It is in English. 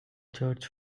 church